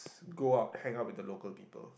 go out hang out with the local people